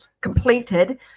completed